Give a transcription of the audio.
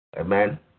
Amen